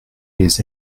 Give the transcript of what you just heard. les